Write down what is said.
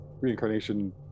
reincarnation